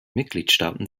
mitgliedstaaten